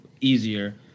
easier